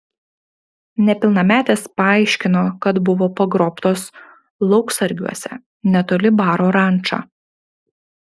nepilnametės paaiškino kad buvo pagrobtos lauksargiuose netoli baro ranča